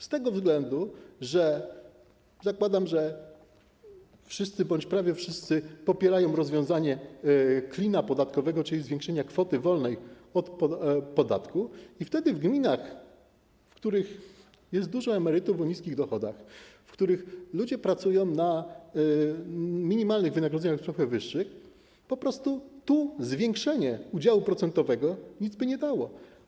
Z tego względu, że zakładam, że wszyscy bądź prawie wszyscy popierają rozwiązanie klina podatkowego, czyli zwiększenia kwoty wolnej od podatku i wtedy w gminach, w których jest dużo emerytów o niskich dochodach, w których ludzie pracują na minimalnych wynagrodzeniach lub trochę wyższych, zwiększenie udziału procentowego nic by nie dało.